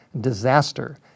disaster